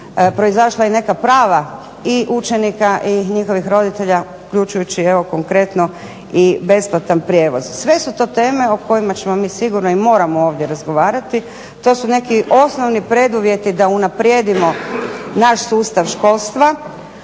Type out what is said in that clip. proizašla neka prava i učenika i njihovih roditelja uključujući konkretno i besplatan prijevoz. Sve su to teme o kojima ćemo mi sigurno i moramo ovdje razgovarati, to su neki osnovni preduvjeti da unaprijedimo naš sustav školstva,